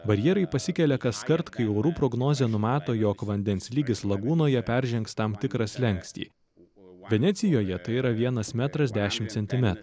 barjerai pasikelia kaskart kai orų prognozė numato jog vandens lygis lagūnoje peržengs tam tikrą slenkstį venecijoje tai yra vienas metras dešim centimetrų